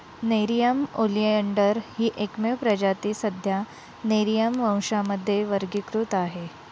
Nerium oleander ही एकमेव प्रजाती सध्या नेरिअम वंशामध्ये वर्गीकृत आहे